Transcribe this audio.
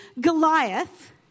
Goliath